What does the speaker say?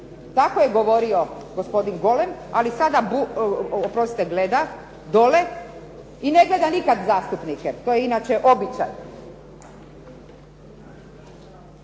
Tako je govorio gospodin Golem, ali sada gleda dole i ne gleda nikad zastupnike. To je inače običaj.